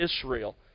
Israel